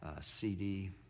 CD